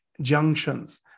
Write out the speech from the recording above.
junctions